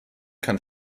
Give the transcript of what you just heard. kann